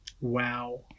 Wow